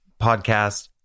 podcast